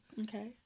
Okay